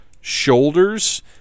shoulders